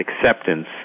acceptance